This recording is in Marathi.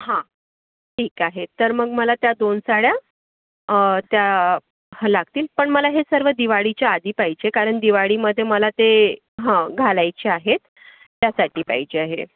हा ठीक आहे तर मग मला त्या दोन साड्या त्या ह लागतील पण मला हे सर्व दिवाळीच्या आधी पाहिजे कारण दिवाळीमध्ये मला ते हं घालायच्या आहेत त्यासाठी पाहिजे आहे